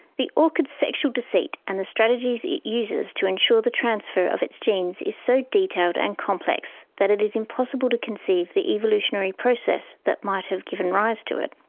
the orchid's sexual deceit and the strategies it uses to ensure the transfer of its genes is so detailed and complex that it is impossible to conceive the evolutionary process that might have given rise to it.